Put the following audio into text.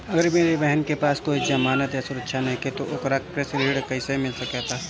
अगर मेरी बहन के पास कोई जमानत या सुरक्षा नईखे त ओकरा कृषि ऋण कईसे मिल सकता?